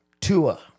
Tua